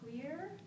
clear